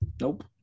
Nope